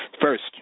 first